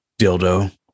dildo